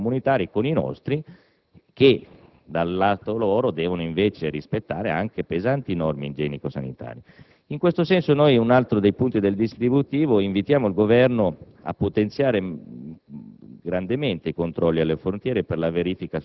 i produttori agricoli extracomunitari con i nostri che, dal lato loro, devono rispettare anche pesanti norme igienico-sanitarie. In questo senso - è un altro dei punti del dispositivo - invitiamo il Governo a potenziare